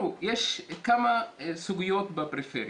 יש כמה סוגיות בפריפריה,